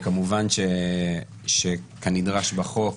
כמובן שכנדרש בחוק,